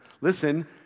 Listen